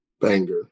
Banger